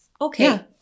okay